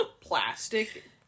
plastic-